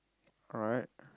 alright